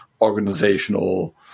organizational